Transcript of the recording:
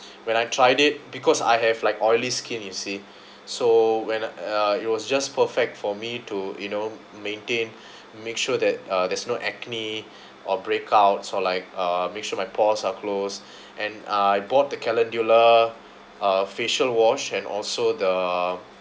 when I tried it because I have like oily skin you see so when uh it was just perfect for me to you know maintain make sure that uh there's no acne or breakouts or like uh make sure my pores are close and I bought the calendula uh facial wash and also the